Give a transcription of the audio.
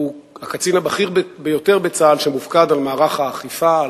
הוא הקצין הבכיר ביותר בצה"ל שמופקד על מערך האכיפה,